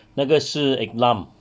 那个是 eklam